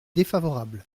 défavorable